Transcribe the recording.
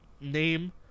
name